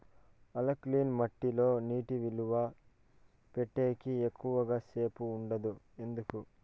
alkaline మట్టి లో నీటి నిలువ పెట్టేకి ఎక్కువగా సేపు ఉండదు ఎందుకు